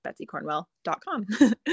betsycornwell.com